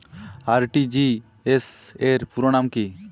RTGS র পুরো নাম কি?